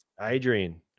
Adrian